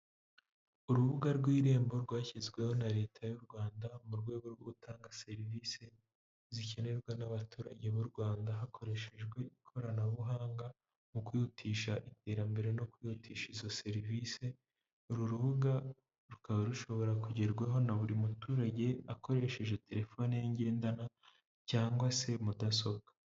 Urubuga rw'irembo rwashyizweho na leta y'u Rwanda mu rwego rwo gutanga serivisi zikenerwa n'abaturage b'u Rwanda hakoreshejwe ikoranabuhanga mu kwihutisha iterambere no kwihutisha izo serivisi, uru rubuga rukaba rushobora kugerwaho na buri muturage akoresheje terefone ye ngendanwa cyangwa se mudasobwa.